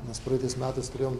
nes praeitais metais turėjom